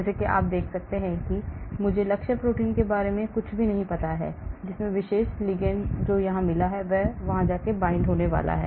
जैसा कि आप यहां देख सकते हैं मुझे लक्ष्य प्रोटीन के बारे में कुछ भी नहीं पता है जिसमें विशेष लिगंड जो यहां मिला है वह बांधने वाला है